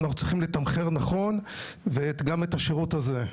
אנחנו צריכים לתמחר נכון גם את השירות הזה.